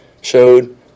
showed